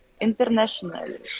internationally